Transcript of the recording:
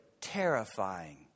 terrifying